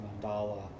mandala